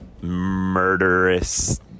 murderous